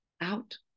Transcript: out